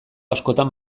askotan